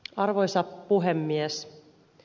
arvoisa puhemies